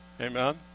Amen